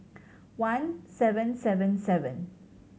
one seven seven seven